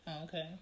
okay